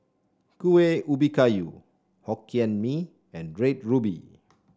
Kueh Ubi Kayu Hokkien Mee and Red Ruby